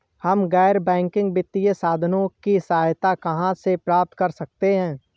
हम गैर बैंकिंग वित्तीय संस्थानों की सहायता कहाँ से प्राप्त कर सकते हैं?